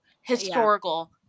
historical